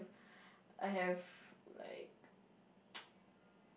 I have like